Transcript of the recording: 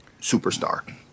superstar